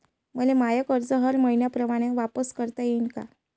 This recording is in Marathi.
मले माय कर्ज हर मईन्याप्रमाणं वापिस करता येईन का?